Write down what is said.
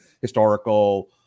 historical